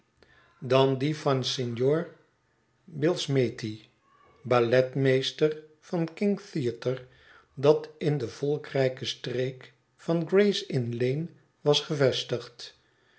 dan die van signor billsmethi balletmeester van kings theatre dat in de volkrijke streek van gray's inn lane was gevestigd